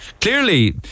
clearly